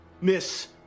Miss